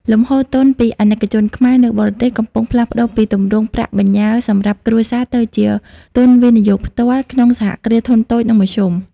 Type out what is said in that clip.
លំហូរទុនពី អាណិកជនខ្មែរ នៅបរទេស កំពុងផ្លាស់ប្តូរពីទម្រង់ "ប្រាក់បញ្ញើសម្រាប់គ្រួសារ"ទៅជា "ទុនវិនិយោគផ្ទាល់" ក្នុងសហគ្រាសធុនតូច និងមធ្យម។